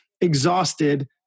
exhausted